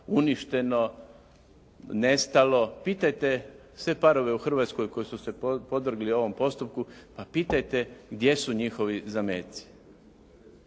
uništeno, nestalo. Pitajte sve parove u Hrvatskoj koji su se podvrgli ovom postupku pa pitajte gdje su njihovi zameci?